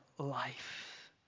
Life